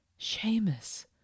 Seamus